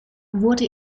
wurde